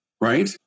right